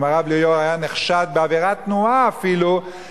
אם הרב ליאור היה נחשד בעבירת תנועה אפילו,